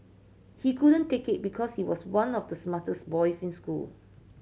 he couldn't take it because he was one of the smartest boys in school